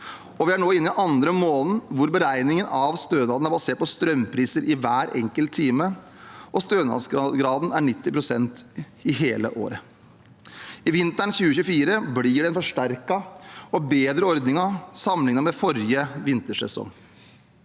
Vi er nå inne i den andre måneden hvor beregningen av stønaden er basert på strømpriser i hver enkelt time, og stønadsgraden er 90 pst. hele året. Vinteren 2024 blir det en forsterket og bedre ordning sammenlignet med forrige vintersesong.